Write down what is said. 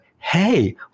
Hey